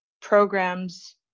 programs